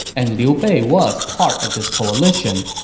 and liu bei was part of this coalition.